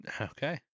Okay